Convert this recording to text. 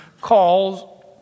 calls